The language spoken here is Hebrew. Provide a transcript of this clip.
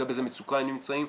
אני יודע באיזה מצוקה הם נמצאים,